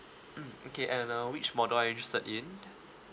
mm okay and uh which model are you interested in